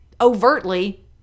overtly